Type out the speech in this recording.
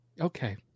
Okay